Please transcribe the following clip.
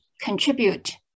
contribute